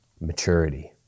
maturity